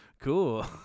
cool